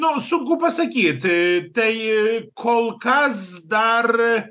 nu sunku pasakyt ė tai kol kas dar